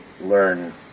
learn